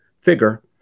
figure